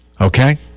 Okay